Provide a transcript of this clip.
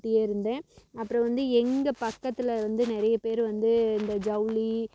முன்கூட்டியே இருந்தேன் அப்புறம் வந்து எங்கள் பக்கத்தில் வந்து நிறைய பேர் வந்து இந்த ஜவுளி